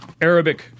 Arabic